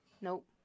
nope